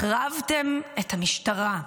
החרבתם את המשטרה,